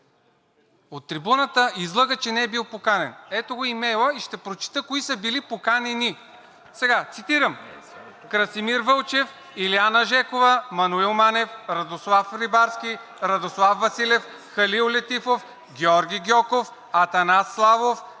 от трибуната излъга, че не е бил поканен. Ето го имейла – ще прочета кои са били поканени! Цитирам: „Красимир Вълчев, Илиана Жекова, Маноил Манев, Радослав Рибарски, Радослав Василев, Халил Летифов, Георги Гьоков, Атанас Славов,